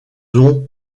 ont